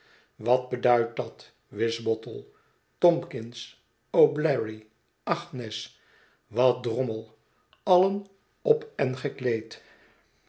wat beduidt dat wisbottle tomkins o'bleary agnes wat drommel allen op en gekleed